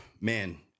man